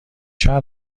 شرط